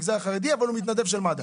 אבל הוא מתנדב של מד"א.